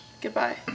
goodbye